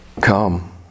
Come